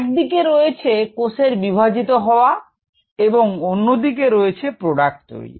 একদিকে রয়েছে কোষের বিভাজিত হওয়া এবং অন্যদিকে রয়েছে প্রোডাক্ট তৈরি